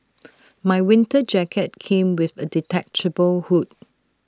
my winter jacket came with A detachable hood